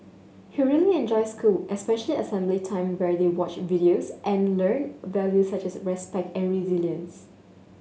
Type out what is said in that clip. he really enjoys school especially assembly time where they watch videos and learn values such as respect and resilience